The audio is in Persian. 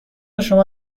شما